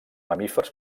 mamífers